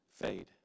fade